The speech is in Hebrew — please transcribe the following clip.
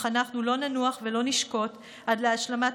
אך אנחנו לא ננוח ולא נשקוט עד להשלמת